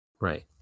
Right